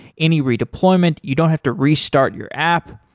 any redeployment, you don't have to restart your app.